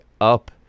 up